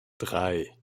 drei